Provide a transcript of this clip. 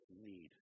need